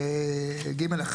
ב-ג(1)